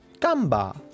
Gamba